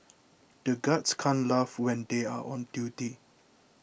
the guards can't laugh when they are on duty